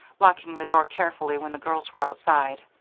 locking the door carefully when the girls were outside.